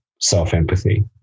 self-empathy